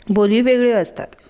बोली वेगळ्यो आसतात